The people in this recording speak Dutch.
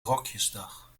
rokjesdag